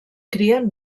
crien